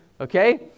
okay